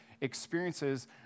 experiences